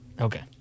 Okay